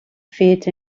feet